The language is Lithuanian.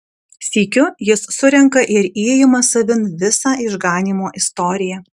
sykiu jis surenka ir įima savin visą išganymo istoriją